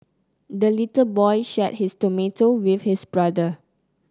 the little boy shared his tomato with his brother